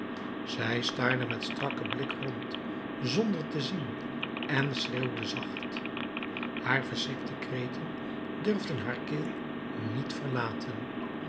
zij staarde met strakken blik rond zonder te zien en schreeuwde zacht haar verschrikte kreten durfden haar keel niet verlaten